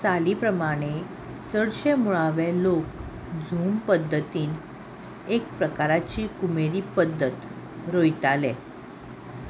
चाली प्रमाणे चडशे मुळावे लोक झूम पद्दतीन एक प्रकाराची कुमेरी पद्दत रोयताले